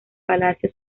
palacio